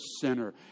sinner